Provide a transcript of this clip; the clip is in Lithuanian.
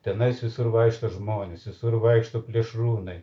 tenais visur vaikšto žmonės visur vaikšto plėšrūnai